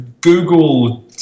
Google